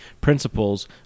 principles